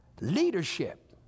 leadership